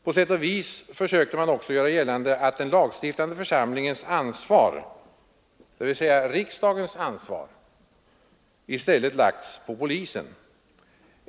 På sätt och vis försökte man också göra gällande att den lagstiftande församlingens ansvar, dvs. riksdagens ansvar, i stället lagts på polisen.